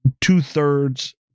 two-thirds